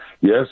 yes